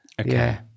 Okay